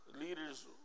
leaders